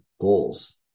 goals